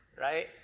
Right